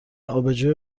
آبجو